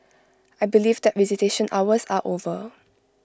I believe that visitation hours are over